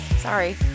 Sorry